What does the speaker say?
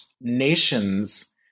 nations